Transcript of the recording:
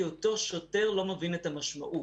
כי אותו שוטר לא מבין את המשעות,